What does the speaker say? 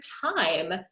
time